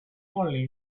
only